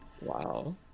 Wow